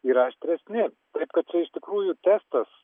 yra aštresni taip kad čia iš tikrųjų testas